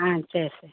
ஆ சரி சரி